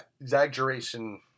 exaggeration